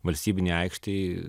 valstybinei aikštei